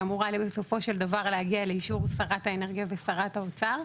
שהיא אמורה בסופו של דבר להגיע לאישור שרת האנרגיה ושר האוצר.